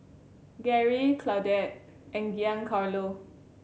Garry Claudette and Giancarlo